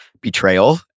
betrayal